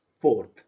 fourth